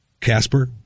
Casper